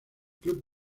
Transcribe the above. club